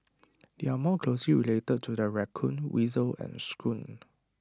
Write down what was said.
they are more closely related to the raccoon weasel and skunk